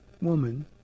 woman